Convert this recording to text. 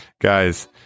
Guys